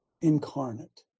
incarnate